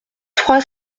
trois